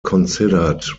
considered